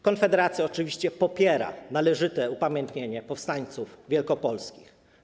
Konfederacja oczywiście popiera należyte upamiętnienie powstańców wielkopolskich.